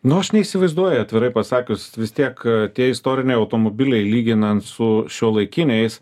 nu aš neįsivaizduoju atvirai pasakius vis tiek tie istoriniai automobiliai lyginant su šiuolaikiniais